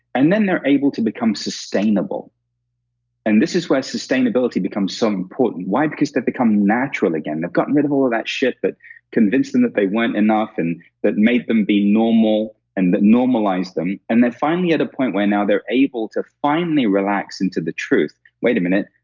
and then they're able to become sustainable and this is where sustainability becomes so important. why? because they've become natural again they've gotten rid of all of that shit that but convinced them that they weren't enough and that made them be normal and that normalized them. and they're finally at a point where now they're able to finally relax into the truth, wait a minute.